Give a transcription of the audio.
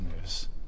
news